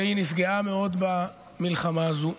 והיא נפגעה מאוד במלחמה הזאת.